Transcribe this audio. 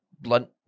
blunt